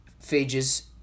phages